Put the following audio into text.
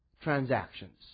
transactions